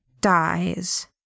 dies